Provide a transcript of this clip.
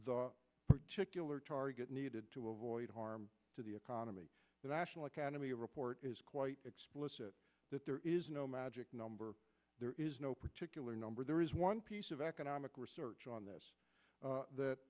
the particular target needed to avoid harm to the economy that actual economy report is quite explicit that there is no magic number there is no particular number there is one piece of economic research on this that